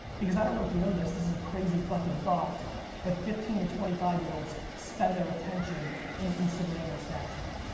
because i don't know if you know that this is a crazy fucking thought but fifteen to twenty five year olds spend their attention in instagram and snapchat.